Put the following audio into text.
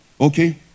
Okay